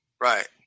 Right